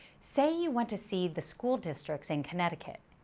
say you want to see the school districts in connecticut.